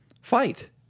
Fight